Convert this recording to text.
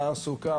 תעסוקה,